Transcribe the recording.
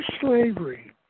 slavery